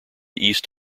east